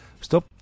stop